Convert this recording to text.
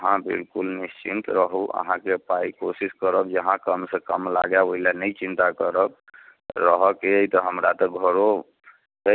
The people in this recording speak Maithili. हँ बिलकुल निश्चिन्त रहू अहाँके पाइ कोशिश करब जे अहाँके कम से कम ओहि लऽ नहि चिंता करब रहऽ के अइ तऽ हमरा तऽ घरो